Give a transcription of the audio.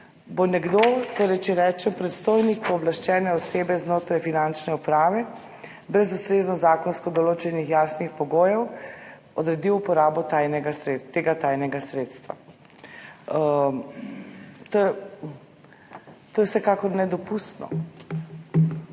bo nekdo, če rečem predstojnik pooblaščene osebe znotraj Finančne uprave brez ustrezno zakonsko določenih jasnih pogojev odredil uporabo tega tajnega sredstva. To je vsekakor nedopustno,